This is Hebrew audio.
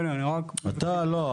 לא, לא, אני רק --- לא, לא.